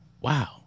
Wow